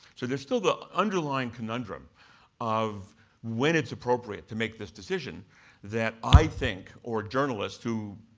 so there's still the underlying conundrum of when it's appropriate to make this decision that i think, or journalists who,